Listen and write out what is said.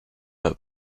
her